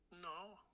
No